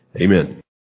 Amen